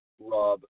Rob